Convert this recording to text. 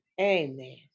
amen